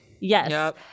Yes